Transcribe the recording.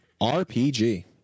RPG